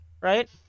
right